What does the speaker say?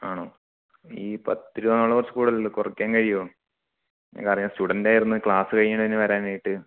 ആണോ ഈ പത്ത് രൂപ എന്നുള്ളത് കുറച്ച് കൂടുതലല്ലേ കുറക്കാന് കഴിയുമോ നിങ്ങൾക്ക് അറിയാൻ സ്റ്റുഡൻറ്റായിരുന്നു ക്ലാസ് കഴിഞ്ഞതിന് ശേഷം വരാനായിട്ട്